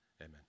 Amen